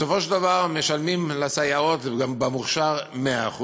בסופו של דבר משלמים לסייעות במוכש"ר 100%